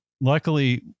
Luckily